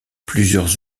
plusieurs